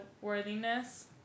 worthiness